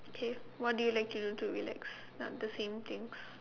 okay what do you like to do to relax not the same things